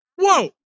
whoa